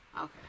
Okay